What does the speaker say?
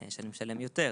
שאני משלם יותר.